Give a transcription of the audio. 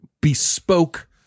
bespoke